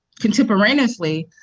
contemporaneously,